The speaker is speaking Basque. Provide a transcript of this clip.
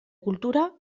kultura